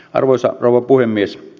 arvoisa rouva puhemies